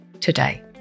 today